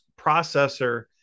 processor